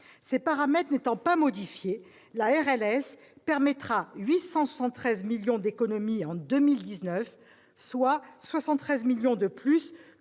Ces paramètres n'étant pas modifiés, la RLS permettra 873 millions d'économies en 2019, soit 73 millions de plus